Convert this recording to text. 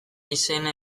izena